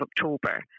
October